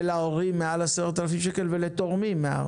ולהורים, מעל 10,000 שקל, ולתורמים.